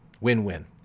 Win-win